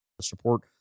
support